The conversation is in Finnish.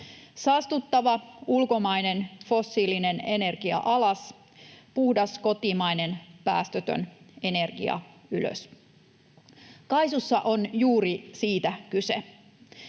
Saastuttava, ulkomainen, fossiilinen energia alas. Puhdas, kotimainen, päästötön energia ylös. KAISUssa on juuri siitä kyse.